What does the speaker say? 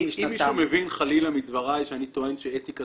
אם מישהו מבין חלילה מדבריי שאני טוען שאתיקה